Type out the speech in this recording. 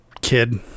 kid